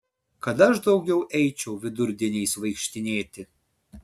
kad aš daugiau eičiau vidurdieniais vaikštinėti